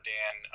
Dan